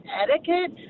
etiquette